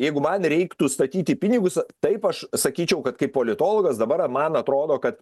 jeigu man reiktų statyti pinigus taip aš sakyčiau kad kaip politologas dabar man atrodo kad